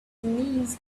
knees